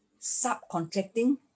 subcontracting